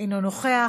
אינו נוכח.